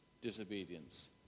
disobedience